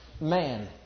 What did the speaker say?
man